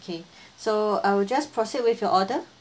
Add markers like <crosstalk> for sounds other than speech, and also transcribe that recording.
okay <breath> so I will just proceed with your order